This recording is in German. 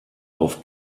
auf